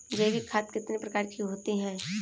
जैविक खाद कितने प्रकार की होती हैं?